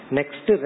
Next